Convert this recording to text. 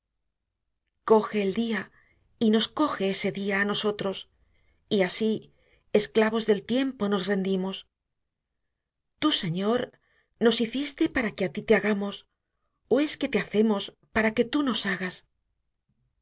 coje el día y nos coje ese día á nosotros y así esclavos del tiempo nos rendimos tú señor nos hiciste para que á tí te hagamos ó es que te hacemos para que tú nos hagas